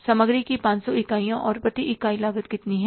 सामग्री की 500 इकाइयाँ और प्रति इकाई लागत कितनी है